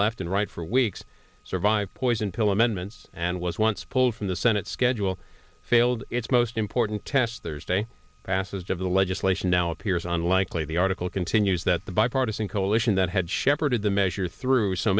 left and right for weeks survive poison pill amendments and was once pulled from the senate schedule failed its most important test there's a passage of the legislation now appears unlikely the article continues that the bipartisan coalition that had shepherded the measure through so